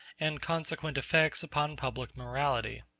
and consequent effects upon public morality